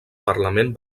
parlament